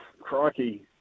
crikey